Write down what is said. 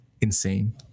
insane